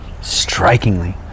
Strikingly